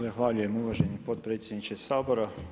Zahvaljujem uvaženi potpredsjedniče Sabora.